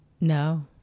No